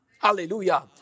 Hallelujah